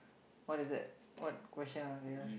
what is that what question are they ask